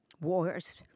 wars